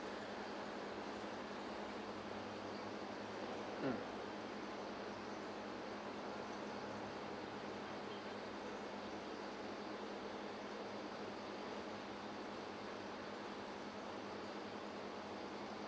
mm